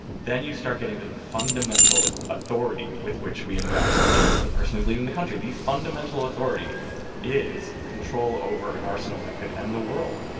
then, you start getting to the fundamental authority with which we invest in the person who's leading the country. the fundamental authority is control over an arsenal that could end the world.